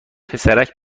پسرک